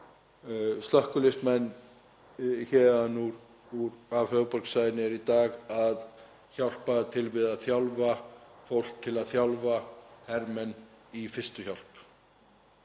slökkviliðsmenn héðan af höfuðborgarsvæðinu eru í dag að hjálpa til við að þjálfa fólk til að þjálfa hermenn í fyrstu hjálp.